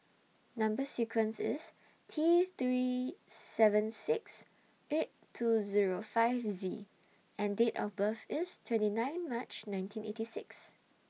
Number sequence IS T three seven six eight two Zero five Z and Date of birth IS twenty nine March nineteen eighty six